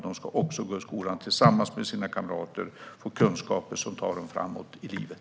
Dessa barn ska också gå i skolan, tillsammans med sina kamrater, och få kunskaper som tar dem framåt i livet.